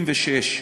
76),